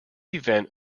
event